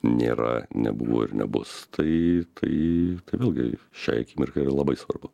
nėra nebuvo ir nebus tai tai tai vėlgi šiai akimirkai yra labai svarbu